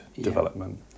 development